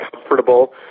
comfortable